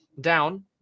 down